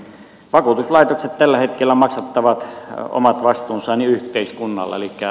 vakuutuslaitokset tällä hetkellä maksattavat omat vastuunsa yhteiskunnalla